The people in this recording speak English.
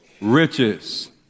Riches